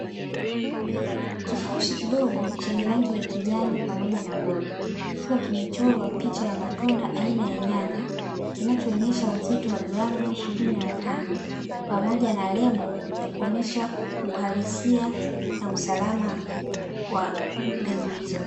Kifurushi kidogo chenye rangi ya kijani pamoja na goldi, kikiwa kimechorwa picha ya matunda aina ya nyanya kinachoonyesha uzito wa gramu ishirini na tano, pamoja na lebo ya kuonyesha uhalisia na usalama wa mbegu hizo.